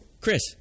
Chris